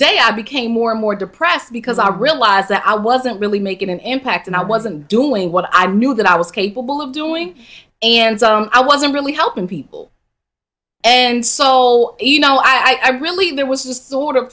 day i became more and more depressed because i realized that i wasn't really making an impact and i wasn't doing what i knew that i was capable of doing and so i wasn't really helping people and so you know i really there was just sort of